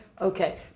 Okay